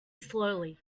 slowly